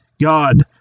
God